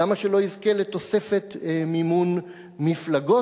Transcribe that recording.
למה שלא יזכה לתוספת מימון מפלגות?